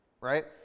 right